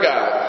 God